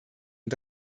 und